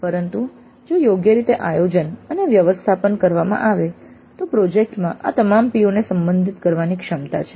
પરંતુ જો યોગ્ય રીતે આયોજન અને વ્યવસ્થાપન કરવામાં આવે તો પ્રોજેક્ટ માં આ તમામ POને સંબોધિત કરવાની ક્ષમતા છે